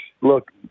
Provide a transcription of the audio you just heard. look